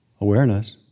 awareness